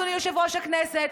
אדוני יושב-ראש הכנסת,